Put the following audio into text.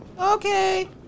Okay